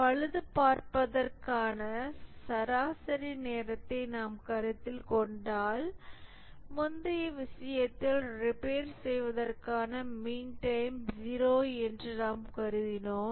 பழுதுபார்ப்பதற்கான சராசரி நேரத்தை நாம் கருத்தில் கொண்டால் முந்தைய விஷயத்தில் ரிப்பேர் செய்வதற்கான மீன் டைம் 0 என்று நாம் கருதினோம்